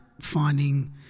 finding